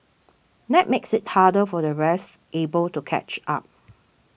that makes it harder for the rest able to catch up